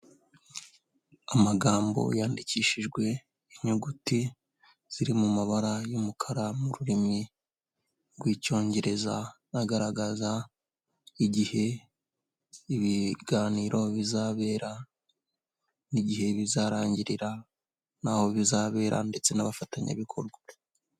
Amagambo yandikishijwe inyuguti ziri mu mabara y'umukara mu rurimi rw'Icyongereza, agaragaza igihe ibiganiro bizabera n'igihe bizarangirira n'aho bizabera ndetse n'abafatanyabikorwa.